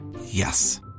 Yes